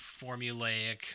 formulaic